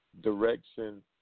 direction